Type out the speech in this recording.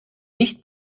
nicht